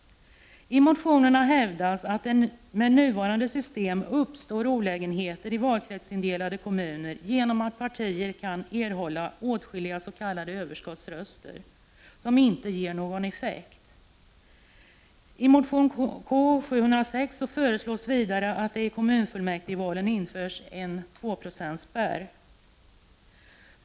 I motionerna hävdas att det med nuvarande system uppstår olägenheter i valkretsindelade kommuner genom att partier kan erhålla åtskilliga s.k. överskottsröster, som inte ger någon effekt. I motion K706 föreslås vidare att det i kommunfullmäktigevalen införs en tvåprocentsspärr.